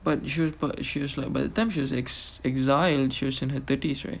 but she's but she's like by the time she was ex~ exiled she's in her thirties right